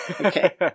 okay